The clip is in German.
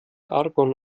argon